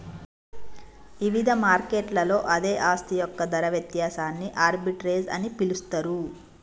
ఇవిధ మార్కెట్లలో అదే ఆస్తి యొక్క ధర వ్యత్యాసాన్ని ఆర్బిట్రేజ్ అని పిలుస్తరు